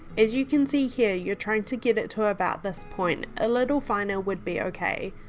as you can see here your trying to get it to about this point, a little finer would be okay.